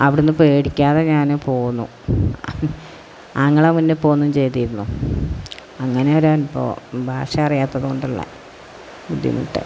അവിടെ നിന്ന് പേടിക്കാതെ ഞാൻ പോന്നു ആങ്ങള മുന്നേ പോന്നും ചെയ്തിരുന്നു അങ്ങനെ ഒരു അനുഭവം ഭാഷ അറിയാത്തത് കൊണ്ടുള്ള ബുദ്ധിമുട്ട്